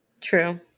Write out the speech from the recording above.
True